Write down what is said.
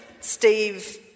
Steve